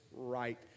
right